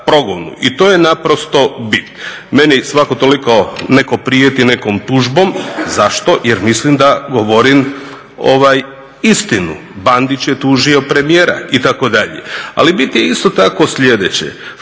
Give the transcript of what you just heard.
i to je naprosto bit. Meni svako toliko netko prijeti nekom tužbom. Zašto? Jer mislim da govorim istinu. Bandić je tužio premijera itd. Ali bit je isto tako sljedeće.